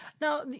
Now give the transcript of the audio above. Now